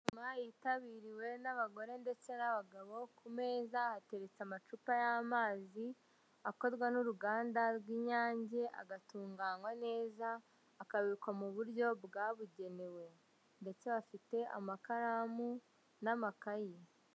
Inama yitabiriwe n'abagore ndetse n'abagabo ku meza hateretse amacupa y'amazi, akorwa n'uruganda rw'inyange agatunganywa neza akabikwa mu buryo bwabugenewe, ndetse bafite amakaramu n'amakayi.